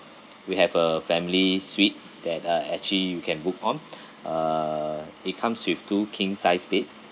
we have a family suite that uh actually you can book on uh it comes with two king size bed